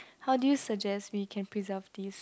how do you suggest we can preserve this